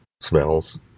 smells